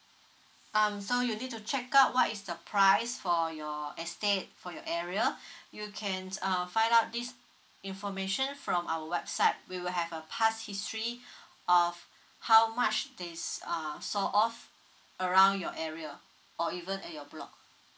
um so you need to check out what is the price for your estate for your area you can um find out this information from our website we will have a past history of how much they um sold off around your area or even at your block